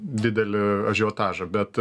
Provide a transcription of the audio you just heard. didelį ažiotažą bet